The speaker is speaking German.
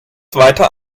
weiter